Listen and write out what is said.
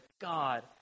God